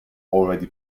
already